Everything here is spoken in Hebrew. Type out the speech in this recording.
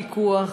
בפיקוח,